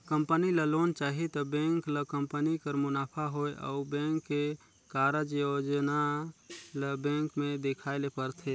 company ल loan चाही त बेंक ल कंपनी कर मुनाफा होए अउ बेंक के कारज योजना ल बेंक में देखाए ले परथे